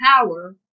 power